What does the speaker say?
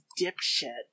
dipshit